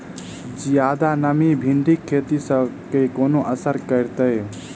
जियादा नमी भिंडीक खेती केँ कोना असर करतै?